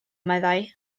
meddai